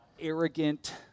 arrogant